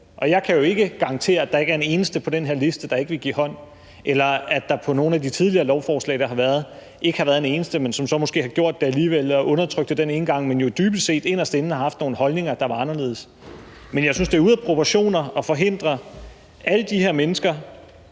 jeg kan jo ikke garantere, at der ikke er en eneste på den her liste, der ikke vil give hånd, eller at der på nogle af de tidligere lovforslag, der har været, ikke har været en eneste, men som måske så har gjort det alligevel og undertrykt det den ene gang, men dybest set inderst inde har haft nogle holdninger, der var anderledes. Men jeg synes, det er ude af proportioner at forhindre alle de her mennesker